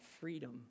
freedom